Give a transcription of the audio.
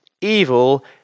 evil